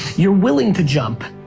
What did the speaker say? you're willing to jump.